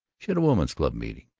she had a women's-club meeting.